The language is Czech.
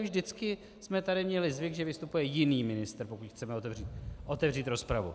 Vždycky jsme tady měli zvyk, že vystupuje jiný ministr, pokud chceme otevřít rozpravu.